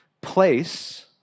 Place